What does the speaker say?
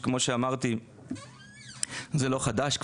וכמו שאמרתי זה לא חדש,